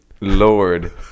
lord